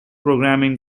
programming